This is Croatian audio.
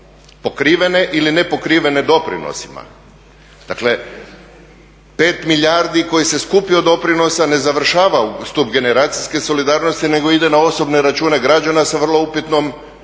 pokrivene ili nepokrivene doprinosima. Dakle 5 milijardi kojih se skupi od doprinosa ne završava u stup generacijske solidarnosti nego ide na osobne račune građana sa vrlo upitnom, sa upitnim